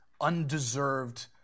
undeserved